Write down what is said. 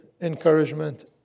encouragement